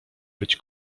być